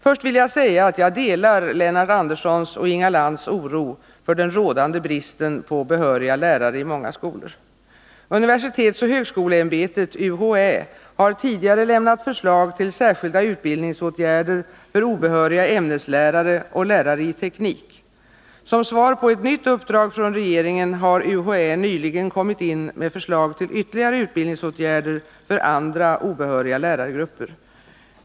Först vill jag säga att jag delar Lennart Anderssons och Inga Lantz oro för den rådande bristen på behöriga lärare i många skolor. Universitetsoch högskoleämbetet har tidigare lämnat förslag till särskilda utbildningsåtgärder för obehöriga ämneslärare och lärare i teknik. Som svar på ett nytt uppdrag från regeringen har UHÄ nyligen kommit in med förslag till ytterligare utbildningsåtgärder för andra obehöriga lärargrupper.